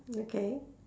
okay